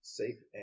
safe